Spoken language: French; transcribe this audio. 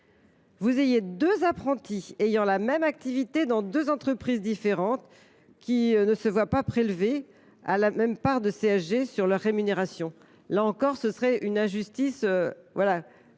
de CFA deux apprentis ayant la même activité dans deux entreprises différentes ne se voient pas prélever la même part de CSG sur leur rémunération ? Là encore, ce serait une injustice